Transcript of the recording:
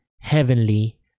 heavenly